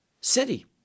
city